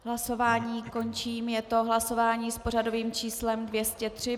Hlasování končím, je to hlasování s pořadovým číslem 203.